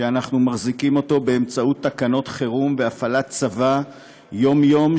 שאנחנו מחזיקים אותו באמצעות תקנות חירום והפעלת צבא יום-יום,